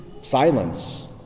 silence